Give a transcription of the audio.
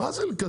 מה זה לקדם?